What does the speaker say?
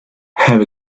have